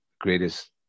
greatest